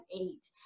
eight